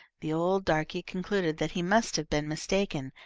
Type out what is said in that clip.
the old darkey concluded that he must have been mistaken,